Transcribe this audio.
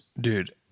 Dude